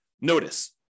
Notice